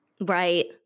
Right